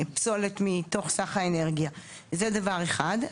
פסולת מתוך סך האנרגיה, זה דבר אחד.